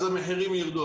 אז המחירים ירדו.